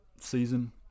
season